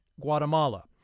Guatemala